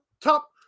top